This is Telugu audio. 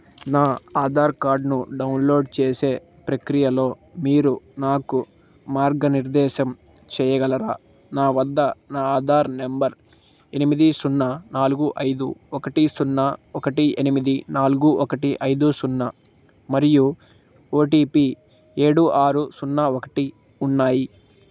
నా ఆధార్ కార్డ్ను డౌన్లోడ్ చేసే ప్రక్రియలో మీరు నాకు మార్గనిర్దేశం చేయగలరా నా వద్ద నా ఆధార్ నెంబర్ ఎనిమిది సున్నా నాలుగు ఐదు ఒకటి సున్నా ఒకటి ఎనిమిది నాలుగు ఒకటి ఐదు సున్నా మరియు ఓ టీ పీ ఏడు ఆరు సున్నా ఒకటి ఉన్నాయి